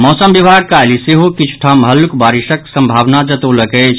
मौसम विभाग काल्हि सेहो किछ् ठाम हल्लुक बारिशक संभावना जतौलक अछि